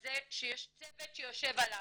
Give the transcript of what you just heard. כזה שיש צוות שיושב עליו,